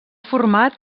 format